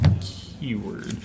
keyword